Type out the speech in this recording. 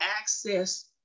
access